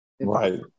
right